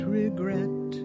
regret